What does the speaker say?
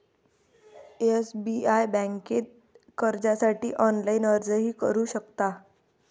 SBI बँकेत कर्जासाठी online अर्जही करू शकता